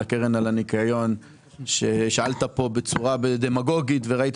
על קרן הניקיון ושאלת כאן בצורה דמגוגית וראית